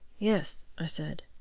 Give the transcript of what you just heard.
yes, i said.